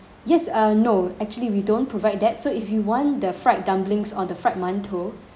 yes uh no actually we don't provide that so if you want the fried dumplings or the fried mantou